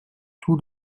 tout